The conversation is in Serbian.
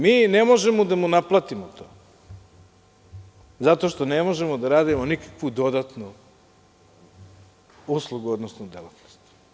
Mi ne možemo da mu naplatimo zato što ne možemo da radimo nikakvu dodatnu uslugu, odnosno delatnost.